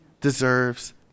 deserves